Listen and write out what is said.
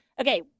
okay